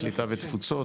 הקליטה והתפוצות.